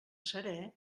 serè